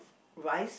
rise